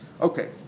Okay